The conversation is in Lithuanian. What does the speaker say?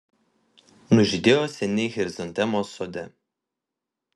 nužydėjo seniai chrizantemos sode